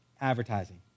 advertising